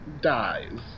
dies